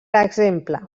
exemple